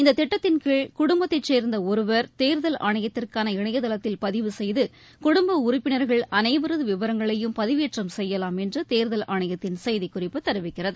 இந்த திட்டத்தின்கீழ் குடும்பத்தைச் சேர்ந்த ஒருவர் தேர்தல் ஆணையத்திற்கான இணைய தளத்தில் பதிவு செய்து குடும்ப உறுப்பினர்கள் அனைவரது விவரங்களையும் பதிவேற்றம் செய்யலாம் என்று தேர்தல் ஆணையத்தின் செய்திக் குறிப்பு தெரிவிக்கிறது